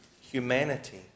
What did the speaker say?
humanity